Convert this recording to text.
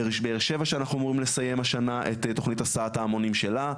בבאר שבע שאנחנו אמורים לסיים השנה את תכנית הסעת ההמונים שלה,